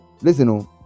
listen